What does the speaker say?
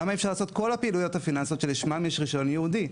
למה אי אפשר לעשות את כל הפעילויות הפיננסיות שלשמן יש רישיון ייעודי?